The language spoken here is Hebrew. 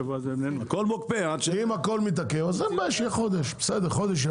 אם הכול מתעכב אז אין בעיה, שיהיה חודש ימים.